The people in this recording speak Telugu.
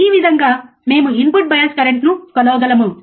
ఈ విధంగా మేము ఇన్పుట్ బయాస్ కరెంట్ను కొలవగలము